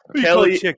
Kelly